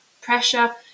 pressure